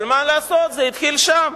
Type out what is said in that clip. אבל מה לעשות, זה התחיל שם.